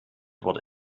wurde